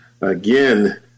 Again